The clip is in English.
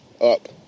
up